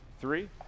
three